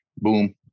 boom